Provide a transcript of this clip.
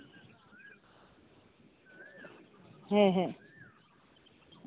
ᱦᱮᱸ ᱦᱮᱸ